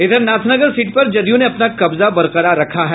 इधर नाथनगर सीट पर जदयू ने अपना कब्जा बरकरार रखा है